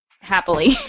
happily